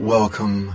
Welcome